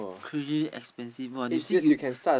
crazily expensive one you see you